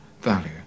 value